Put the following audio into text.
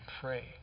pray